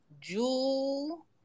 Jewel